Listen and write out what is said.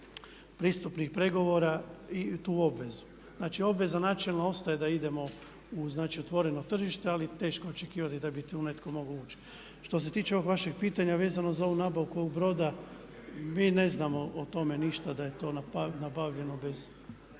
pristupnih pregovora i tu obvezu. Znači, obveza načelno ostaje da idemo u otvoreno tržište ali teško je očekivati da bi tu netko mogao ući. Što se tiče ovog vašeg pitanja vezano za ovu nabavku ovog broda, mi ne znamo o tome ništa da je to nabavljeno bez